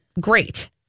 great